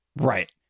Right